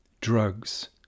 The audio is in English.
drugs